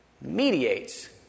mediates